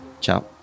Ciao